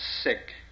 sick